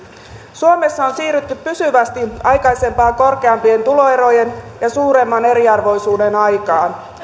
suomessa on siirrytty pysyvästi aikaisempaa korkeampien tuloerojen ja suuremman eriarvoisuuden aikaan